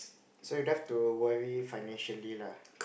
so you don't have to worry financially lah